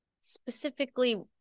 specifically